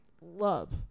love